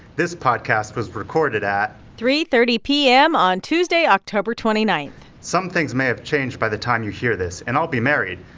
this podcast was recorded at. three thirty p m. on tuesday, october twenty nine point some things may have changed by the time you hear this. and i'll be married.